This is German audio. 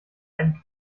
einen